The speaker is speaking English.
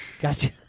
Gotcha